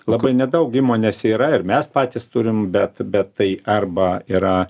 labai nedaug įmonėse yra ir mes patys turim bet bet tai arba yra